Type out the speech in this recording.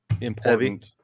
important